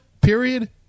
period